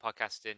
podcasting